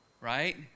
right